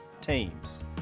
teams